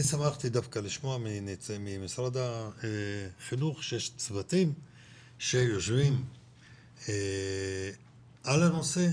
אני שמחתי לשמוע ממשרד החינוך שיש צוותים שיושבים על הנושא,